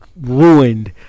ruined